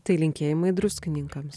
tai linkėjimai druskininkams